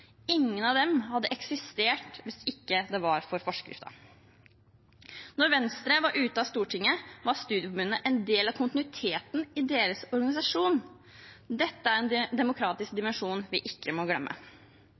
Ingen av dem hadde eksistert hvis ikke det var for forskriften. Da Venstre var ute av Stortinget, var studieforbundet en del av kontinuiteten i deres organisasjon. Dette er en demokratisk dimensjon vi ikke må glemme.